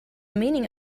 meaning